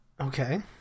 Okay